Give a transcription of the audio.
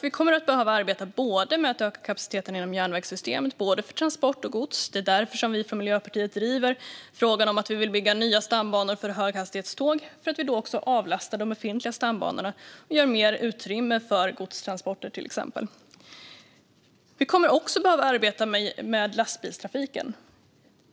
Vi kommer att behöva arbeta med att öka kapaciteten inom järnvägssystemet, både för transport och för gods. Det är därför Miljöpartiet driver frågan om att bygga nya stambanor för höghastighetståg, för att vi då också avlastar de befintliga stambanorna och skapar mer utrymme för till exempel godstransporter. Vi kommer också att behöva arbeta med lastbilstrafiken.